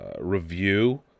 review